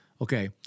Okay